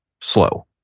slow